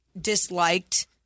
disliked